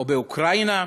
או באוקראינה,